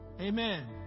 Amen